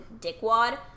dickwad